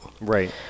right